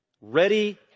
Ready